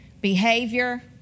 Behavior